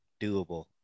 doable